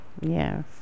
Yes